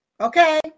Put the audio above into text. Okay